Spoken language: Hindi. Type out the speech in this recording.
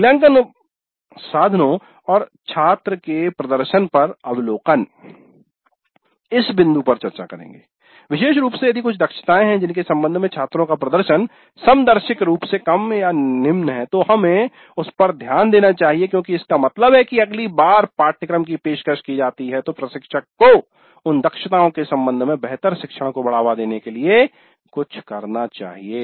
मूल्यांकन साधनों और छात्र के प्रदर्शन पर अवलोकन इस बिंदु पर चर्चा करेंगे विशेष रूप से यदि कुछ दक्षताएं हैं जिनके संबंध में छात्रों का प्रदर्शन सम्दर्शिक रूप से कमनिम्न है तो हमें उस पर ध्यान देना चाहिए क्योंकि इसका मतलब है कि यदि अगली बार पाठ्यक्रम की पेशकश की जाती हैतो प्रशिक्षक को उन दक्षताओं के संबंध में बेहतर शिक्षण को बढ़ावा देने के लिए कुछ करना चाहिए